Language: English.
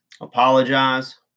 apologize